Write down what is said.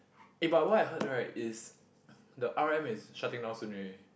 eh but what I heard right is the r_o_m is shutting down soon already